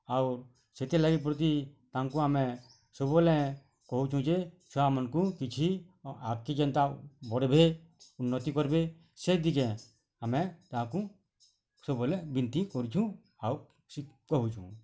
ଆଉ ସେଥିର୍ ଲାଗି ପ୍ରତି ତାଙ୍କୁ ଆମେ ସବୁ ବେଲେ କହୁଛୁଁ ଯେ ଛୁଆ ମାନକୁ କିଛି ଆଗ୍କେ ଯେନ୍ତା ବଢ଼ବେ ଉନ୍ନତି କର୍ବେ ସେ ଦିଗେ ଆମେ ତାହାକୁ ସବୁବେଲେ ବିନ୍ତି କରସୁଁ ଆଉ କହୁଁଛୁଁ